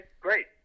great